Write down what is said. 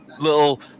little